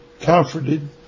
comforted